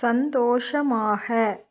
சந்தோஷமாக